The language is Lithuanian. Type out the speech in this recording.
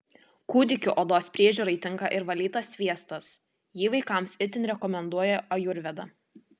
kūdikių odos priežiūrai tinka ir valytas sviestas jį vaikams itin rekomenduoja ajurveda